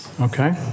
Okay